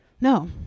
No